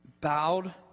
bowed